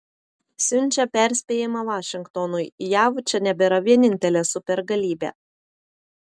siunčia perspėjimą vašingtonui jav čia nebėra vienintelė supergalybė